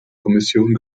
kommission